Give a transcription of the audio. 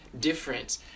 different